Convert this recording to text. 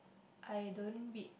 I don't read